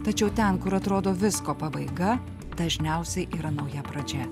tačiau ten kur atrodo visko pabaiga dažniausiai yra nauja pradžia